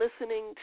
listening